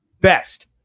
best